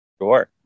Sure